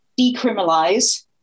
decriminalize